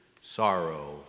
sorrow